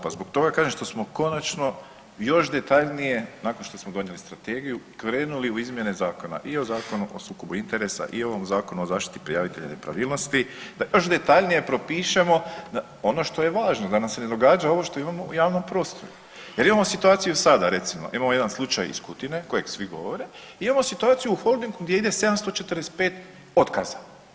Pa zbog toga kažem što smo konačno još detaljnije nakon što smo donijeli strategiju krenuli u izmjene zakona i o Zakonu o sukobu interesa i o ovom Zakonu o zaštiti prijavitelja nepravilnosti da još detaljnije propišemo ono što je važno da nam se ne događa ovo što imamo u javnom prostoru jer imamo situaciju sada recimo, imamo jedan slučaj iz Kutine kojeg svi govore i imamo situaciju u Holdingu gdje ide 745 otkaza.